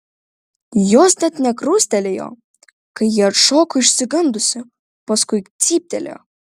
jos net nekrustelėjo kai ji atšoko išsigandusi paskui cyptelėjo